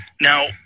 Now